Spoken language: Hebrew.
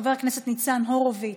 חבר הכנסת ניצן הורוביץ,